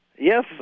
Yes